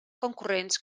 concurrents